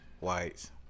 whites